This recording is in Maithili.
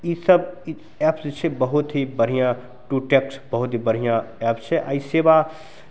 ईसब ई एप जे छै बहुत ही बढ़िआँ टू टेक्स्ट बहुत ही बढ़िआँ एप छै एहि सेवा